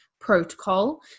protocol